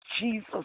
Jesus